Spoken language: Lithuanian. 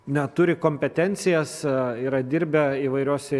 na turi kompetencijas yra dirbę įvairiose